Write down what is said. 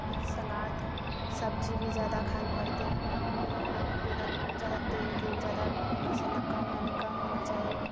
सलाद सब्जी भी जादा खाइ पड़तै बिना जादा तेलके जादा मसाला कम यानी कम होना चाही